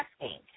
asking